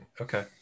okay